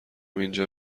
اینجا